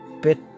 bit